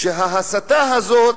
שההסתה הזאת,